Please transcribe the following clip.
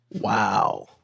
Wow